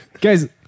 Guys